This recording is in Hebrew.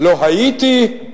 לא הייתי,